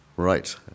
Right